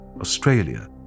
Australia